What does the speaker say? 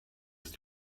ist